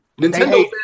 Nintendo